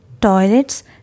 toilets